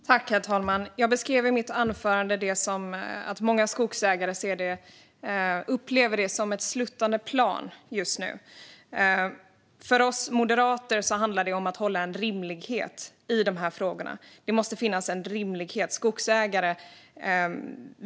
Herr talman! Jag beskrev i mitt anförande att många skogsägare upplever det som ett sluttande plan just nu. För oss moderater handlar det om att hålla en rimlighet i de här frågorna. Det måste finnas en rimlighet.